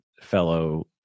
fellow